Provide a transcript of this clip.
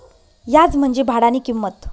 याज म्हंजी भाडानी किंमत